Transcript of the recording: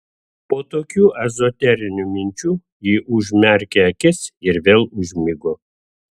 po tokių ezoterinių minčių ji užmerkė akis ir vėl užmigo